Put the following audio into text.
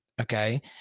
Okay